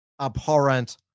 abhorrent